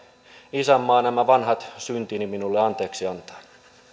isänmaa nämä vanhat syntini minulle anteeksi antaa